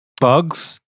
Bugs